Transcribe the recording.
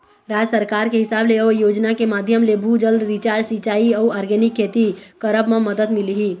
राज सरकार के हिसाब ले अउ योजना के माधियम ले, भू जल रिचार्ज, सिंचाई अउ आर्गेनिक खेती करब म मदद मिलही